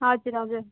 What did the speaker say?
हजुर हजुर